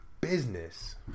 Business